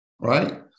right